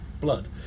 blood